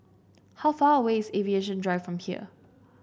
how far away is Aviation Drive from here